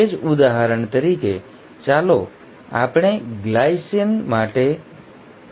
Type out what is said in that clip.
તે જ ઉદાહરણ તરીકે ચાલો આપણે ગ્લાયસિન માટેના આ કોડ્સ કહીએ